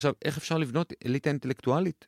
עכשיו, איך אפשר לבנות אליטה אינטלקטואלית?